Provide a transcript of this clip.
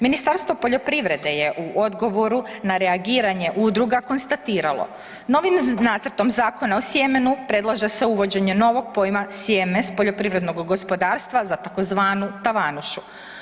Ministarstvo poljoprivrede je u odgovoru na reagiranje udruga konstatiralo, novim nacrtom Zakona o sjemenu predlaže se uvođenje novog pojma sjeme s poljoprivrednog gospodarstva za tzv. tavanušu.